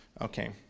okay